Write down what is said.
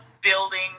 building